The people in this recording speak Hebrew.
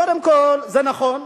קודם כול, זה נכון.